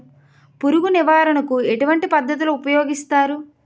పురుగు నివారణ కు ఎటువంటి పద్ధతులు ఊపయోగిస్తారు?